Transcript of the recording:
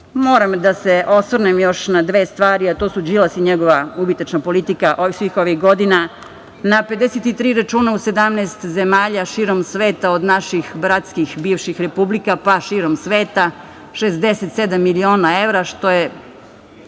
da se osvrnem još na dve stvari, a to su Đilas i njegova ubitačna politika svih ovih godina. Na 53 računa u 17 zemalja širom sveta od naših bratskih bivših republika, pa širom sveta, 67 miliona evra što je